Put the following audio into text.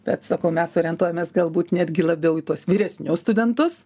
bet sakau mes orientuojamės galbūt netgi labiau į tuos vyresnius studentus